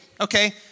okay